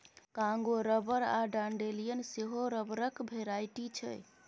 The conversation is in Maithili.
कांगो रबर आ डांडेलियन सेहो रबरक भेराइटी छै